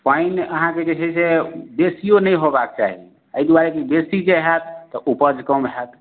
पानि अहाँके जे छै से बेसियो नहि होयबाक चाही एहि दुआरे कि बेसी जे हाएत तऽ उपज कम हाएत